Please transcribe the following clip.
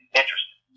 interesting